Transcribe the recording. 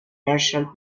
marshall